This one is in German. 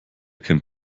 kennt